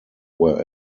were